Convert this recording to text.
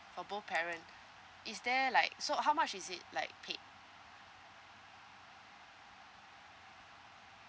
for both parent is there like so how much is it like paid